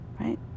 Right